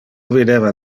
videva